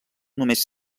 només